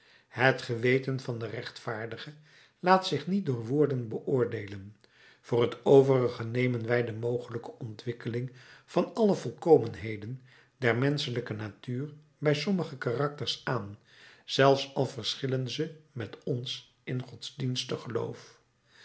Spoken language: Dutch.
het geweten van den rechtvaardige laat zich niet door woorden beoordeelen voor t overige nemen wij de mogelijke ontwikkeling van alle volkomenheden der menschelijke natuur bij sommige karakters aan zelfs al verschillen ze ook met ons in godsdienstig geloof